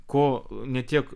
ko ne tiek